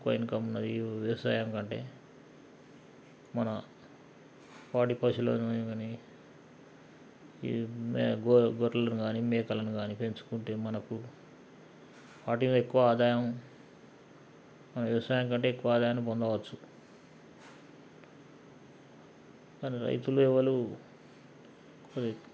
ఎక్కువ ఇన్కం ఉన్నది వ్యవసాయం కంటే మన పాడి పశువులను కానీ ఈ గొర్రెలను కానీ మేకలను కానీ పెంచుకుంటే మనకు వాటి మీద ఎక్కువ ఆదాయం వ్యవసాయం కంటే ఎక్కువ ఆదాయాన్ని పొందవచ్చు కానీ రైతులు ఎవరు